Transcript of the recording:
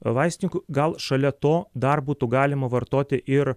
vaistininku gal šalia to dar būtų galima vartoti ir